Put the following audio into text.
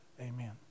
Amen